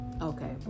okay